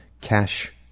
Cash